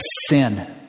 sin